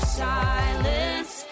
silence